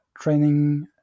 training